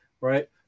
right